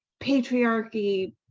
patriarchy